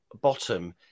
bottom